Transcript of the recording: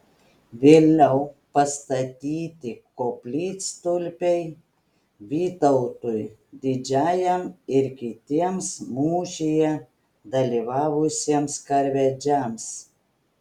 vėliau pastatyti koplytstulpiai vytautui didžiajam ir kitiems mūšyje dalyvavusiems karvedžiams